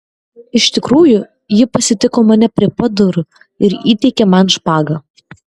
iš tikrųjų ji pasitiko mane prie pat durų ir įteikė man špagą